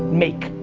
make.